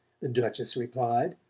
the duchess replied,